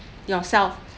yourself